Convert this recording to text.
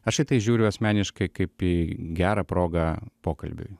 aš į tai žiūriu asmeniškai kaip į gerą progą pokalbiui